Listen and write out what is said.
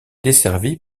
desservi